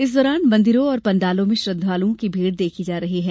इस दौरान मंदिरों और पण्डालों में श्रद्वालुओं भीड़ देखी जा रही है